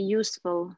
useful